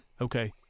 Okay